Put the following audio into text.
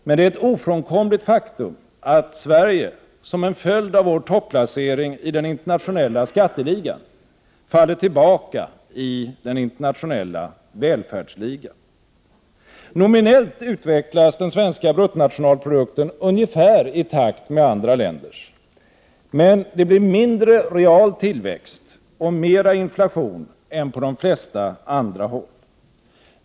Men det är ett ofrånkomligt faktum att Sverige, som en följd av vår topplacering i den internationella skatteligan, faller tillbaka i den internationella välfärdsligan. Nominellt utvecklas den svenska bruttonationalprodukten ungefär i takt med andra länders. Men det blir mindre real tillväxt och mera inflation än på de flesta andra håll.